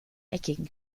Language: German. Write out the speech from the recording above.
eckigen